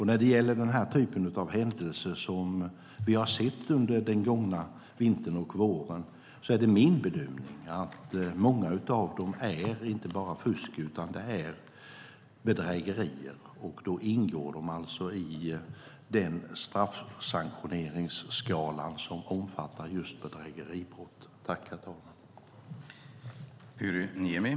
När det gäller den här typen av händelser som vi har sett under den gångna vintern och våren är det min bedömning att många av dem är inte bara fusk utan bedrägerier. Då ingår de i den straffsanktioneringsskala som omfattar just bedrägeribrottet.